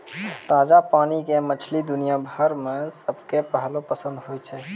ताजा पानी के मछली दुनिया भर मॅ सबके पहलो पसंद होय छै